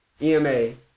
E-M-A